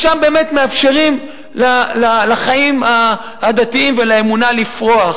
כי שם באמת מאפשרים לחיים הדתיים ולאמונה לפרוח.